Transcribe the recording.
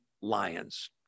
lions